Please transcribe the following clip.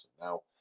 now